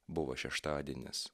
buvo šeštadienis